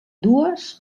dues